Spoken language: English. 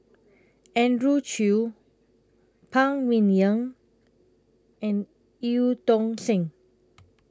Andrew Chew Phan Ming Yen and EU Tong Sen